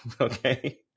okay